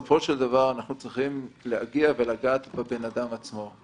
בסוף צריכים להגיע ולגעת באדם עצמו.